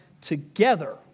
together